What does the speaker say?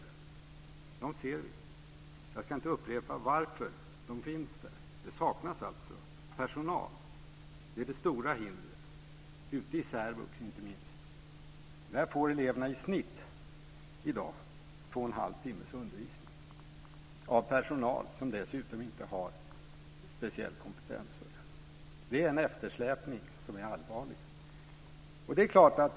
Vi ser dem. Jag ska inte upprepa varför de finns där. Det stora hindret är att det saknas personal, inte minst i särvux. Där får eleverna i dag i snitt 2 1⁄2 timmars undervisning i veckan av personal som dessutom inte har speciell kompetens för det. Det är en allvarlig eftersläpning.